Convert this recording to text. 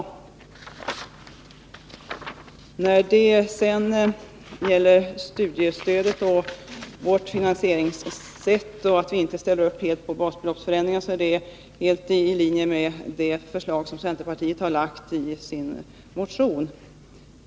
När det gäller vårt sätt att finansiera studiestödet, varvid vi inte ställer upp helt på basbeloppsförändringar, så är detta helt i linje med det förslag som centerpartiet har lagt fram i sin motion.